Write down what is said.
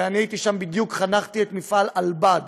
ואני הייתי שם בדיוק, חנכתי את מפעל על-בד